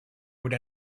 would